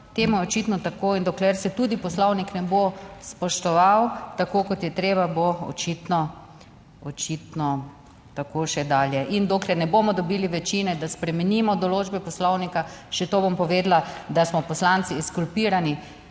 temu je očitno tako in dokler se tudi Poslovnik ne bo spoštoval tako kot je treba, bo očitno, očitno tako še dalje in dokler ne bomo dobili večine, da spremenimo določbe Poslovnika, še to bom povedala, da smo poslanci ekskulpirani,